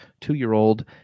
two-year-old